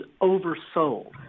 oversold